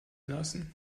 lassen